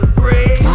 break